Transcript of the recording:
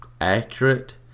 accurate